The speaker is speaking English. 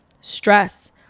Stress